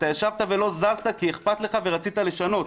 אתה ישבת ולא זזת, כי אכפת לך ורצית לשנות.